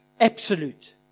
absolute